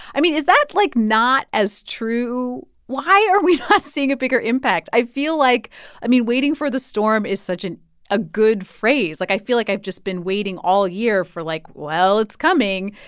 i mean, is that, like, not as true? why are we not seeing a bigger impact? i feel like i mean, waiting for the storm is such a good phrase. like, i feel like i've just been waiting all year for like, well, it's coming.